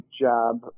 job